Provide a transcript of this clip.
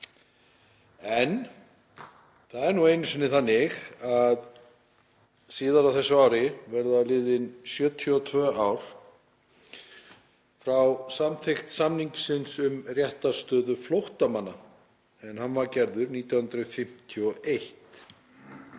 En það er nú einu sinni þannig að síðar á þessu ári verða liðin 72 ár frá samþykkt samningsins um réttarstöðu flóttamanna en hann var gerður 1951.